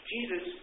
Jesus